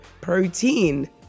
protein